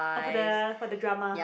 orh for the for the drama